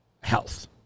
Health